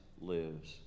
lives